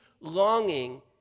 longing